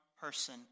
person